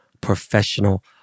professional